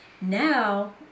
Now